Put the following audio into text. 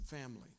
family